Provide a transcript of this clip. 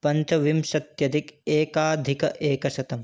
पञ्चविंशत्यधिक एकाधिक एकशतं